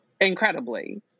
incredibly